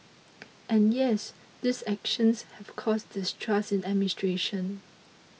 and yes these actions have caused distrust in administration